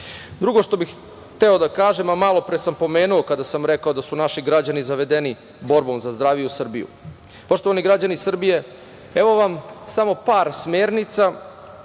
što bih hteo da kažem, a malo pre sam pomenuo kada sam rekao da su naši građani zavedeni borbom za zdraviju Srbiju. Poštovani građani Srbije, evo, vam samo par smernica